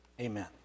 Amen